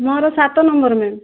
ମୋର ସାତ number ma'am